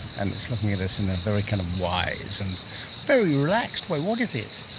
and it's looking at us in a very kind of wise and very relaxed way. what is it?